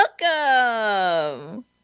Welcome